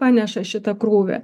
paneša šitą krūvį